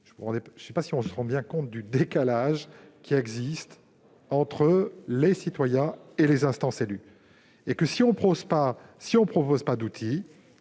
Je ne sais pas si l'on se rend bien compte du décalage qui existe entre les citoyens et les instances élues. Et si nous ne proposons pas d'outils,